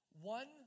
One